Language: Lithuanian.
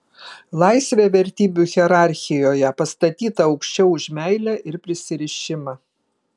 laisvė vertybių hierarchijoje pastatyta aukščiau už meilę ir prisirišimą